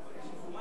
הוא מבקש מזומן.